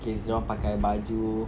case dorang pakai baju